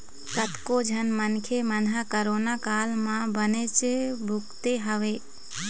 कतको झन मनखे मन ह कोरोना काल म बनेच भुगते हवय